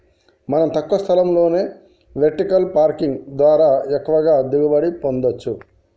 మనం తక్కువ స్థలంలోనే వెర్టికల్ పార్కింగ్ ద్వారా ఎక్కువగా దిగుబడి పొందచ్చు